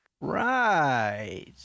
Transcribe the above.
Right